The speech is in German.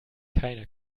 keiner